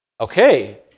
Okay